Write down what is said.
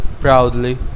Proudly